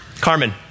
Carmen